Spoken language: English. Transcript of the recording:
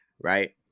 right